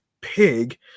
Pig